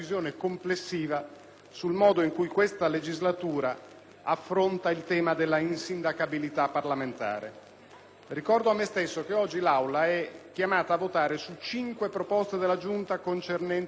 sul modo in cui in questa legislatura si vuole affrontare la tematica dell'insindacabilità parlamentare. Ricordo a me stesso che oggi l'Aula è chiamata a votare su cinque proposte della Giunta concernenti l'ex senatore Iannuzzi,